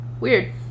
weird